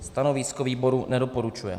Stanovisko výboru nedoporučuje.